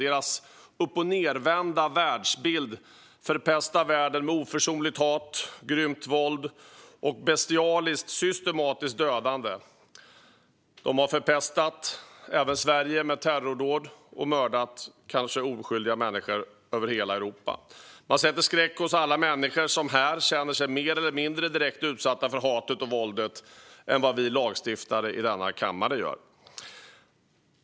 Dess förvridna världsbild förpestar världen med oförsonligt hat, grymt våld och bestialiskt, systematiskt dödande. De har förpestat även Sverige med terrordåd och mördat oskyldiga människor över hela Europa. Man sätter skräck i alla människor som här känner sig mer eller mindre direkt utsatta för hatet och våldet än vad vi lagstiftare i denna kammare gör.